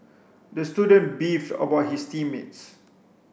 the student beefed about his team mates